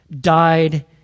died